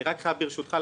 ברשותך,